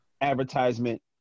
advertisement